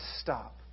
stop